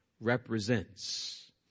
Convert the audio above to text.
represents